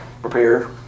Prepare